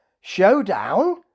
showdown